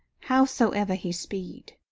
howsoever he speed!